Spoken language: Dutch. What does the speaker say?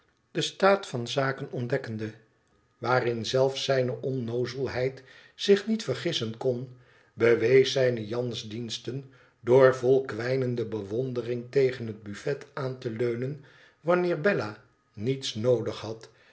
den staat van zaken ontdekkende waarin zelfs zijne onnoozelheid zich niet vergissen kon bewees zijne jansdiensten door vol kwijnende bewondering tegen het buffet aan te leunen wanneer bella niets noodig had